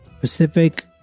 Pacific